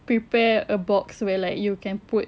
prepare a box where like you can put